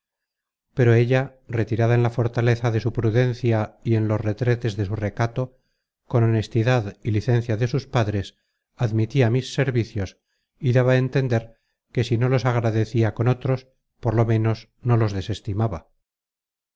pero ella retirada en la fortaleza de su prudencia y en los retretes de su recato con honestidad y licencia de sus padres admitia mis servicios y daba a entender que si no los agradecia con otros por lo ménos no los desestimaba